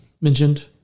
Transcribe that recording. mentioned